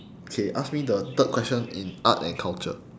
okay ask me the third question in art and culture